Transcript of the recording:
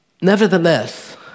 Nevertheless